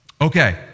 Okay